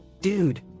Dude